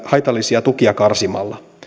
haitallisia tukia karsimalla